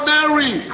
Mary